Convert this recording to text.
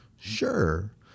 sure